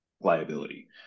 liability